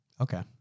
Okay